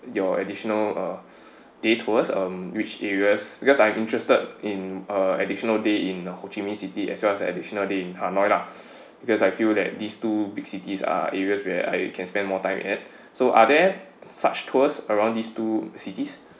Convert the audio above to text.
your additional uh day tours um which areas because I'm interested in uh additional day in ho chi minh city as well as additional day in hanoi lah because I feel that these two big cities are areas where I can spend more time at so are there such tours around these two cities